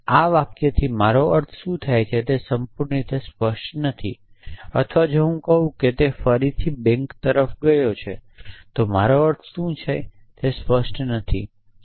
આ વાક્યથી મારો શું અર્થ થાય છે તે સંપૂર્ણ રીતે સ્પષ્ટ નથી અથવા જો હું કહું કે તે ફરીથી બેંક તરફ ગયો છે તો મારો અર્થ શું છે તે સ્પષ્ટ નથી